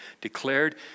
declared